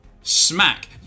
smack